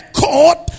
court